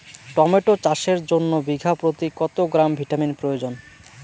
Tomato চাষের জন্য বিঘা প্রতি কত গ্রাম ভিটামিন প্রয়োজন?